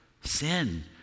sin